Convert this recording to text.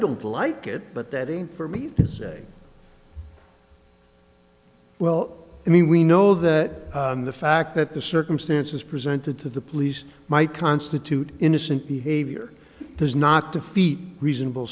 don't like it but that isn't for me to say well i mean we know that the fact that the circumstances presented to the police might constitute innocent behavior does not defeat reasonable